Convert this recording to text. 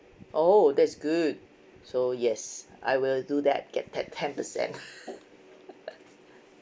oh that's good so yes I will do that get that ten percent